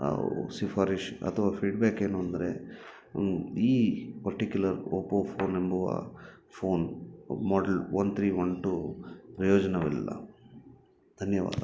ಅವು ಸಿಫಾರಿಶ್ ಅಥವಾ ಫೀಡ್ಬ್ಯಾಕ್ ಏನು ಅಂದರೆ ಈ ಪರ್ಟಿಕ್ಯುಲರ್ ಓಪೋ ಫೋನ್ ಎಂಬುವ phone model one three one two ಪ್ರಯೋಜನವಿಲ್ಲ ಧನ್ಯವಾದ